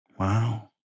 Wow